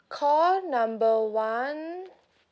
call number one